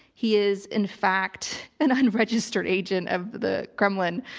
he is in fact an unregistered agent of the kremlin.